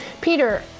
peter